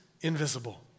invisible